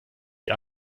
die